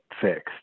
fixed